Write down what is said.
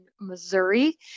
Missouri